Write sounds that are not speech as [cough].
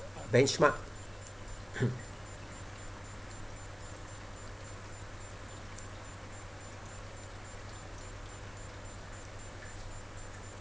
benchmark [breath]